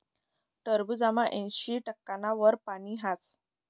टरबूजमा ऐंशी टक्काना वर पानी हास